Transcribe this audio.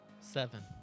Seven